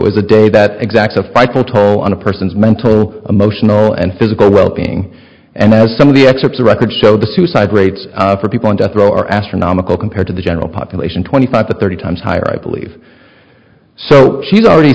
toll on a person's mental emotional and physical well being and as some of the excerpts of record show the suicide rates for people on death row are astronomical compared to the general population twenty five to thirty times higher i believe so she's already